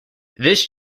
this